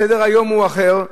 סדר-היום הוא אחר.